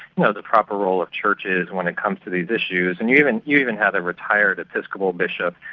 know, the proper role of churches when it comes to these issues, and you even you even had a retired episcopal bishop,